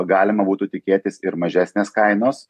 galima būtų tikėtis ir mažesnės kainos